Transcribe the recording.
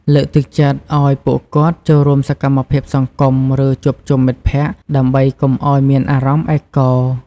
លើកទឹកចិត្តឱ្យពួកគាត់ចូលរួមសកម្មភាពសង្គម ឬជួបជុំមិត្តភក្តិ ដើម្បីកុំឱ្យមានអារម្មណ៍ឯកោ។